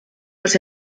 los